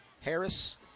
Harris